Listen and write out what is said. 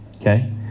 okay